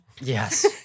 Yes